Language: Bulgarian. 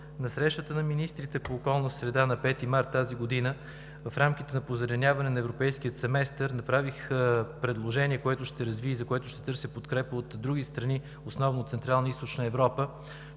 на срещата на министрите по околна среда на 5 март тази година в рамките на позеленяване на Европейския семестър направих предложение, което ще развия и за което ще търся подкрепа от други страни – основно от Централна и Източна Европа,